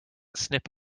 snip